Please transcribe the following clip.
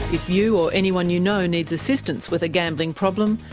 you or anyone you know needs assistance with a gambling problem,